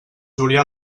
julià